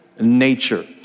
nature